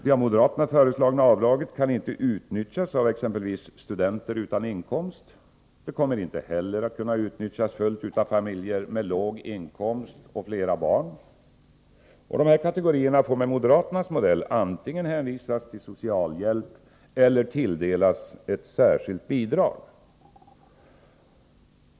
Det av moderaterna föreslagna avdraget kan inte utnyttjas av exempelvis studenter utan inkomst. Det kommer heller inte att kunna utnyttjas fullt ut av familjer med låg inkomst och flera barn. Dessa kategorier får med moderaternas modell antingen hänvisas till socialhjälp eller tilldelas ett särskilt bidrag.